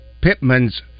Pittman's